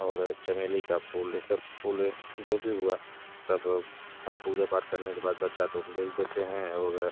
और चमेली का फूल ये सब फूल जो भी हुआ सब पूजा पाठ करने के बाद बचा तो बेच देते हैं और